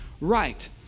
right